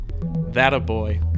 That-a-boy